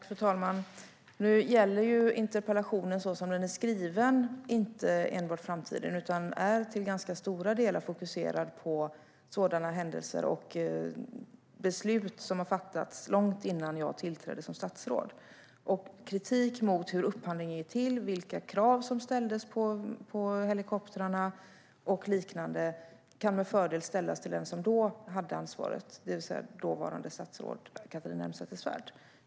Fru talman! Såsom interpellationen är skriven gäller den inte enbart framtiden. Den är till ganska stora delar fokuserad på sådana händelser och beslut som har fattats långt innan jag tillträdde som statsråd. Kritik mot hur upphandlingen gick till, vilka krav som ställdes på helikoptrarna och liknande kan med fördel ställas till den som då hade ansvaret, det vill säga dåvarande statsrådet Catharina Elmsäter-Svärd.